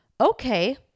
okay